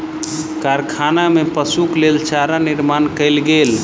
कारखाना में पशुक लेल चारा निर्माण कयल गेल